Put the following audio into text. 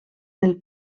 del